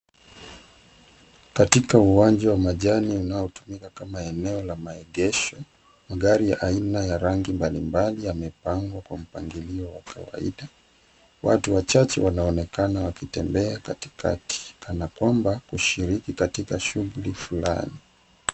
Katika uwanja wa majani unaotumika kama eneo la maegesho. Magari ya aina ya rangi mbalimbali yamepangwa kwa mpangilio wa kawaida. Watu wachache wanaonekana wakitembea katikati kanakwamba kushiriki katika shughuli flani.